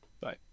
Bye